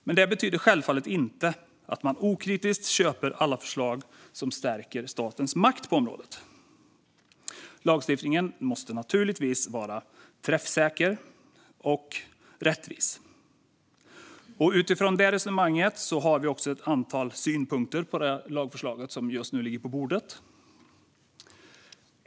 Detta betyder självfallet inte att man okritiskt köper alla förslag som stärker statens makt på området; lagstiftningen måste naturligtvis vara träffsäker och rättvis. Utifrån det resonemanget har vi ett antal synpunkter på det förslag som just nu ligger på bordet.